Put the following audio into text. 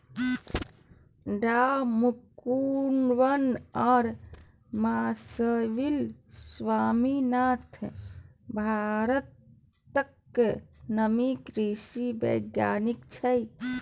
डॉ मनकुंबन आ सामसिब स्वामीनाथन भारतक नामी कृषि बैज्ञानिक छै